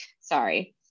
sorry